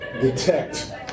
detect